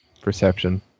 perception